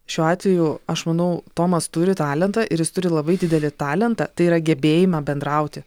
šiuo atveju aš manau tomas turi talentą ir jis turi labai didelį talentą tai yra gebėjimą bendrauti